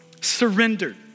surrendered